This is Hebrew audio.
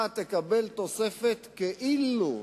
אתה תקבל תוספת "כאילו",